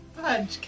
Punch